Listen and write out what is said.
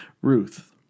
Ruth